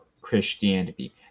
Christianity